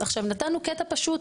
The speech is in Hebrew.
נתנו קטע פשוט,